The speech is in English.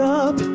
up